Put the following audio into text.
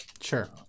Sure